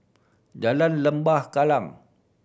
Jalan Lembah Kallang